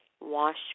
wash